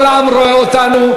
כל העם רואה אותנו.